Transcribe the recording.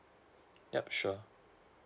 yup sure